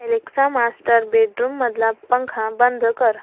Alexa master बेडरूममधला पंखा बंद कर